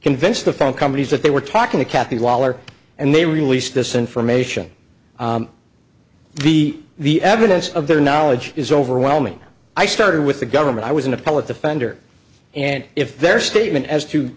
convinced the phone companies that they were talking to kathy lawler and they released this information the the evidence of their knowledge is overwhelming i started with the government i was in a public defender and if their statement as to